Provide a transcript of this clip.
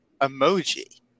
emoji